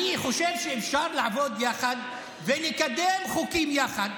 אני חושב שאפשר לעבוד יחד, ונקדם חוקים יחד.